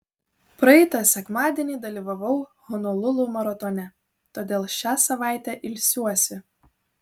praeitą sekmadienį dalyvavau honolulu maratone todėl šią savaitę ilsiuosi